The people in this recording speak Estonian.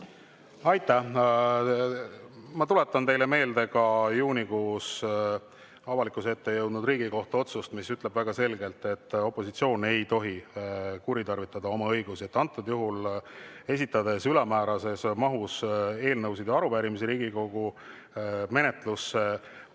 Aitäh! Ma tuletan teile meelde ka juunikuus avalikkuse ette jõudnud Riigikohtu otsust, mis ütleb väga selgelt, et opositsioon ei tohi kuritarvitada oma õigusi. Antud juhul, kui on esitatud ülemäärases mahus eelnõusid ja arupärimisi Riigikogu menetlusse,